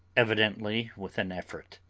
evidently with an effort